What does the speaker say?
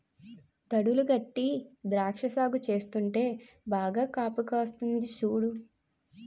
దడులు గట్టీ ద్రాక్ష సాగు చేస్తుంటే బాగా కాపుకాస్తంది సూడు